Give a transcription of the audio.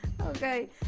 okay